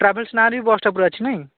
travels ନାଁରେ ବି ବସ୍ଟା ପୁରା ଅଛି ନାହିଁ